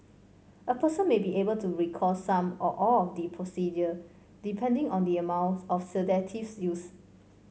a person may be able to recall some or all of the procedure depending on the amount of sedatives used